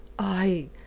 i.